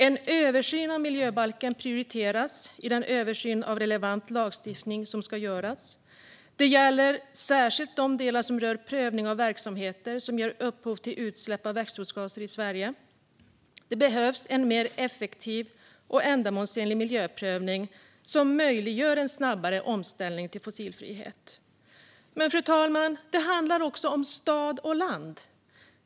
En översyn av miljöbalken prioriteras i den översyn av relevant lagstiftning som ska göras. Det gäller särskilt de delar som rör prövning av verksamheter som ger upphov till utsläpp av växthusgaser i Sverige. Det behövs en mer effektiv och ändamålsenlig miljöprövning som möjliggör en snabbare omställning till fossilfrihet. Fru talman! Detta handlar också om stad och land.